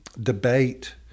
debate